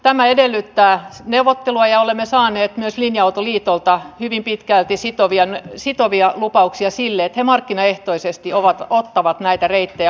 tämä edellyttää neuvottelua ja olemme saaneet myös linja autoliitolta hyvin pitkälti sitovia lupauksia sille että he markkinaehtoisesti ottavat näitä reittejä huomioon